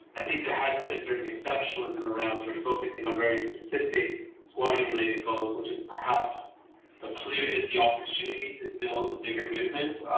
i think there has been a certain exceptionalism around sort of focusing on very specific squatting-related goals which has perhaps precluded the opportunity to build a bigger movement.